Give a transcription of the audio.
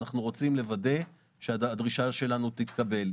ואנחנו רוצים לוודא שהדרישה שלנו תתקבל.